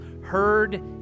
heard